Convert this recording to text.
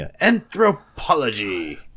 Anthropology